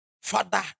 Father